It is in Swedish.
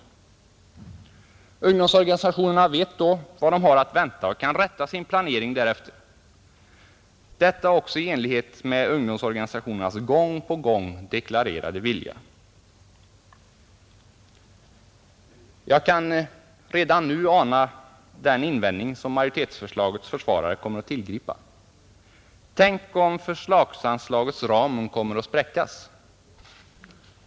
Ungdomsorganisationerna vet då vad de har att vänta och kan rätta sin planering därefter. Detta är också i enlighet med ungdomsorganisationernas gång på gång deklarerade vilja. Jag kan redan nu ana den invändning som majoritetsförslagets försvarare kommer att tillgripa: Tänk om förslagsanslagets ram kommer att spräckas?